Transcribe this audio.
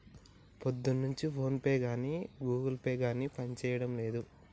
పొద్దున్నుంచి ఫోన్పే గానీ Google Pay గానీ పనిజేయడం లేదు